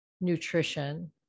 nutrition